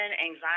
anxiety